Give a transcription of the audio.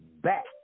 back